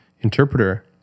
interpreter